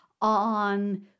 on